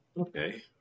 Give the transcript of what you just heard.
Okay